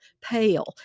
pale